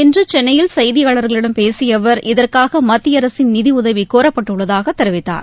இன்று சென்னையில் செய்தியாளர்களிடம் பேசிய அவர் இதற்காக மத்திய அரசின் நிதி உதவி கோரப்பட்டுள்ளதாக தெரிவித்தார்